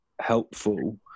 helpful